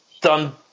done